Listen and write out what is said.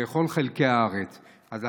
בכל הארץ עד סוף השבוע.